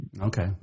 Okay